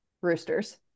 roosters